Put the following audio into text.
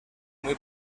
muy